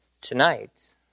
tonight